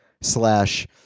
slash